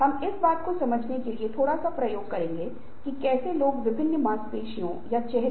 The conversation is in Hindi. और जटिलता और अनिश्चितता में लगातार वृद्धि हो रही है